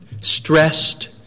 stressed